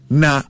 na